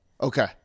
Okay